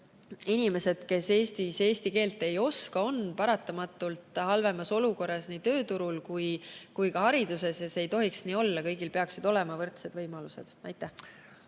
inimesed, kes Eestis eesti keelt ei oska, on paratamatult halvemas olukorras nii tööturul kui ka hariduses. Ja see ei tohiks nii olla. Kõigil peaksid olema võrdsed võimalused. Aitäh!